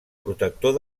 protector